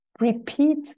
repeat